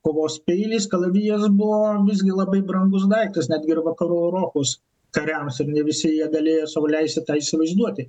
kovos peiliais kalavijas buvo visgi labai brangus daiktas netgi ir vakarų europos kariams ir ne visi jie galėjo sau leisti tą įsivaizduoti